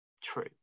true